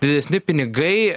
didesni pinigai